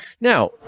now